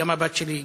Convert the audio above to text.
גם הבת שלי,